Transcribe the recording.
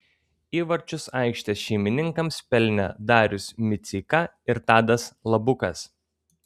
įvarčius aikštės šeimininkams pelnė darius miceika ir tadas labukas